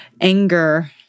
Anger